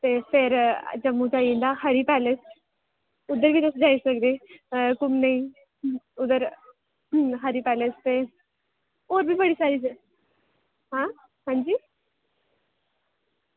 ते फिर जम्मू च आई जंदा हरी पैलेस उद्धर बी तुस जाई सकदे अं घूमने गी उद्धर हरी पैलेस ते होर बी बड़ी सारी हां हां जी